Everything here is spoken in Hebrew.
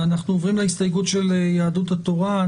אנחנו עוברים להסתייגות של סיעת יהדות התורה.